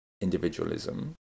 individualism